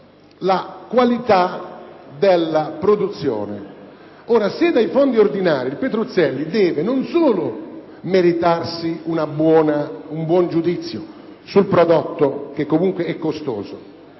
la qualità della produzione. Ora, se con i fondi ordinari il Petruzzelli non solo deve meritarsi un buon giudizio sul prodotto, che comunque è costoso,